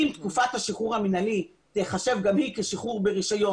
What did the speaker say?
אם תקופת השחרור המנהלי תיחשב גם היא כשחרור ברישיון